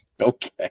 Okay